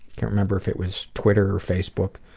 don't remember if it was twitter or facebook.